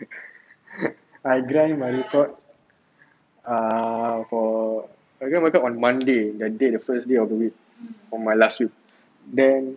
I grind my report err for I grind my report on monday the date the first day of the week on my last week then